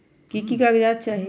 की की कागज़ात चाही?